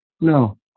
No